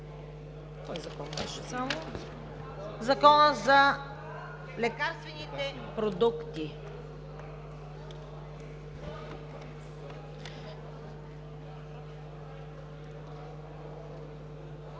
Закона за лекарствените продукти